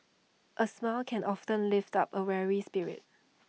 A smile can often lift up A weary spirit